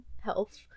health